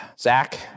Zach